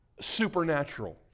supernatural